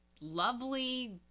lovely